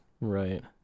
right